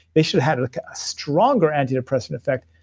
they should have like a stronger antidepressant effect,